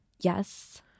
Yes